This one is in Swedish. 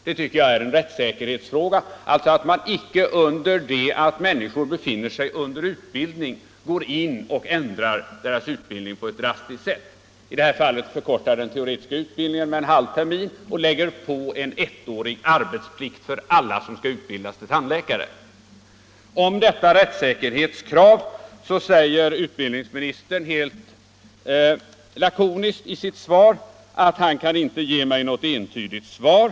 Jag tycker det är en rättssäkerhetsfråga att man inte under tiden som människor befinner sig i utbildning ändrar hela deras utbildning på ett drastiskt sätt. I detta fall förkortas den teoretiska utbildningen med en halv termin, och man lägger på en ettårig arbetsplikt för alla som skall utbildas till tandläkare. Om detta rättssäkerhetskrav säger nu utbildningsministern helt lakoniskt i sitt svar att han inte kan ge mig något entydigt svar.